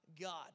God